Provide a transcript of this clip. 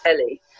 ellie